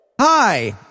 Hi